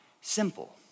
simple